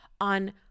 on